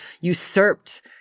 usurped